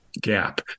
Gap